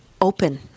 open